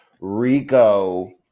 RICO